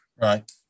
Right